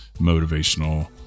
motivational